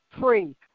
free